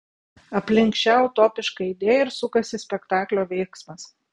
aplink šią utopišką idėją ir sukasi spektaklio veiksmas